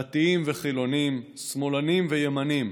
דתיים וחילונים, שמאלנים וימנים,